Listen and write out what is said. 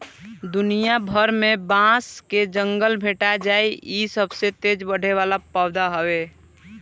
दुनिया भर में बांस के जंगल भेटा जाइ इ सबसे तेज बढ़े वाला पौधा हवे